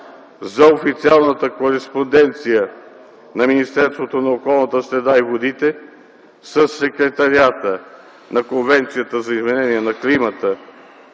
за официалната кореспонденция на Министерството на околната среда и водите със Секретариата на Конвенцията за изменение на климата